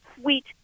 sweet